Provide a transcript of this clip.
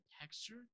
texture